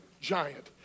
giant